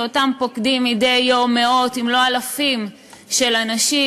שאותם פוקדים מדי יום מאות אם לא אלפים של אנשים,